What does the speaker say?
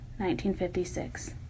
1956